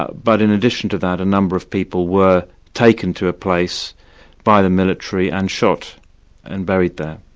ah but in addition to that, a number of people were taken to a place by the military and shot and buried there.